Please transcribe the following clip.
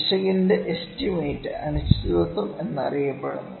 പിശകിന്റെ എസ്റ്റിമേറ്റ് അനിശ്ചിതത്വം എന്നറിയപ്പെടുന്നു